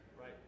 Right